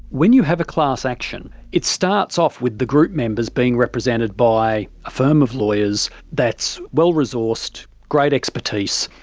when you have a class action, it starts off with the group members being represented by a firm of lawyers that's well-resourced, great expertise.